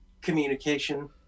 communication